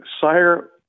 Sire